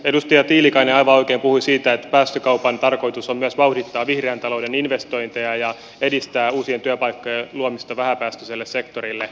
edustaja tiilikainen aivan oikein puhui siitä että päästökaupan tarkoitus on myös vauhdittaa vihreän talouden investointeja ja edistää uusien työpaikkojen luomista vähäpäästöiselle sektorille